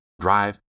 drive